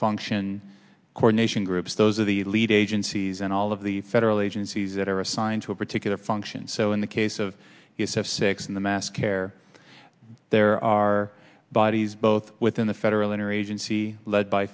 function coordination groups those are the lead agencies and all of the federal agencies that are assigned to a particular function so in the case of yourself six in the mass care there are bodies both within the federal inner agency led by